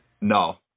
No